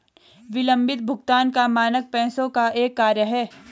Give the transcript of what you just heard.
विलम्बित भुगतान का मानक पैसे का एक कार्य है